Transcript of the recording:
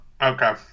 Okay